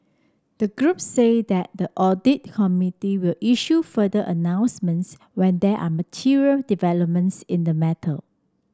the group said that the audit committee will issue further announcements when there are material developments in the matter